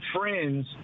friends